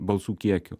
balsų kiekiu